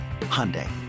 Hyundai